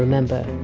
remember,